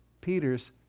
Peter's